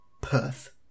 Perth